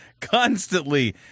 constantly